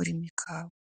urimo ikawa.